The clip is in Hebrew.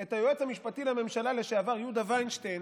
את היועץ המשפטי לממשלה לשעבר יהודה וינשטיין